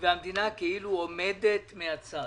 והמדינה כאילו עומדת מן הצד.